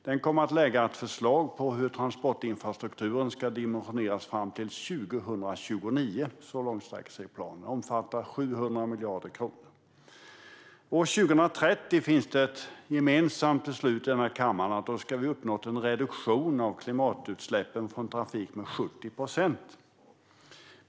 Den kommer att innehålla ett förslag på hur transportinfrastrukturen ska dimensioneras fram till 2029. Så långt sträcker sig planen, som omfattar 700 miljarder kronor. Det finns ett gemensamt beslut i denna kammare om att vi år 2030 ska ha uppnått en reduktion av klimatutsläppen från trafik med 70 procent.